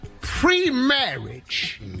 pre-marriage